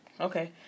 okay